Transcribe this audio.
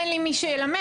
אין לי מי שילמד.